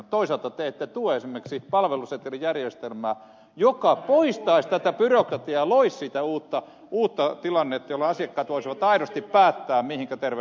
toisaalta te ette tue esimerkiksi palvelusetelijärjestelmää joka poistaisi tätä byrokratiaa loisi sitä uutta tilannetta jolloin asiakkaat voisivat aidosti päättää mihinkä terveyspalveluihin menevät